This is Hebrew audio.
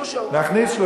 להכניס,